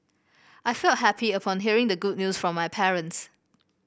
I felt happy upon hearing the good news from my parents